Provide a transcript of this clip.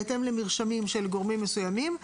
בהתאם למרשמים של גורמים מסוימים,